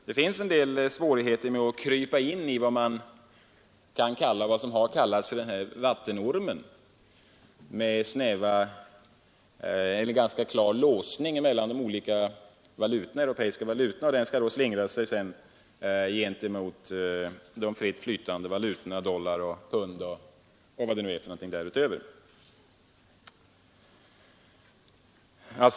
Det är en del svårigheter med att befinna sig i vad som har kallats för ”vattenormen”, dvs. det smala band av låsta växelkurser mellan EG-länderna som skall slingra sig gentemot de fritt flytande valutorna, dollar, pund osv.